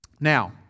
Now